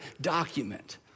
document